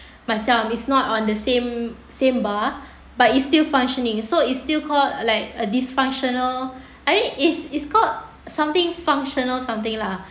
macam is not on the same same bar but it's still functioning so it's still called like a dysfunctional i~ it's it's called something functional something lah